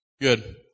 Good